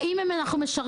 האם אנחנו משרתים?